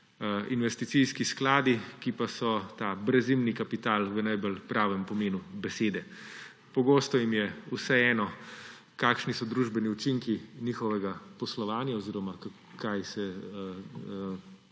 investicijski skladi, ki pa so ta brezimni kapital v najbolj pravem pomenu besede. Pogosto jim je vseeno, kakšni so družbeni učinki njihovega poslovanja oziroma kaj se